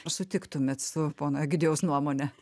ar sutiktumėt su pono egidijaus nuomone